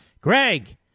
Greg